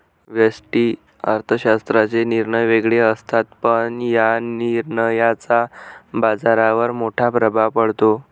व्यष्टि अर्थशास्त्राचे निर्णय वेगळे असतात, पण या निर्णयांचा बाजारावर मोठा प्रभाव पडतो